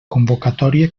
convocatòria